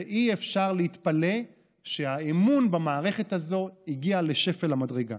ואי-אפשר להתפלא שהאמון במערכת הזו הגיע לשפל המדרגה.